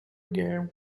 guerre